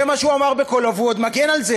זה מה שהוא אומר בקולו והוא עוד מגן על זה,